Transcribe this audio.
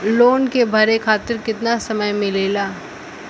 Loan के भरे खातिर कितना समय मिलेला?